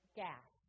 gas